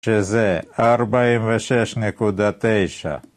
שזה, ארבעים ושש נקודה תשע